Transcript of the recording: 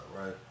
right